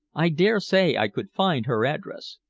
i dare say i could find her address.